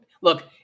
Look